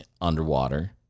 underwater